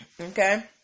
Okay